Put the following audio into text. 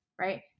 right